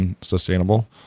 sustainable